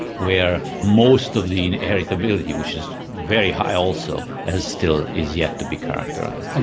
where most of the inheritability, which is very high also, has still, is yet to be characterised.